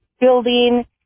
building